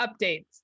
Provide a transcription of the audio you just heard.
updates